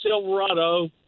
Silverado